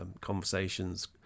conversations